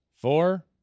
four